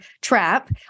trap